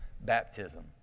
baptism